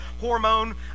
hormone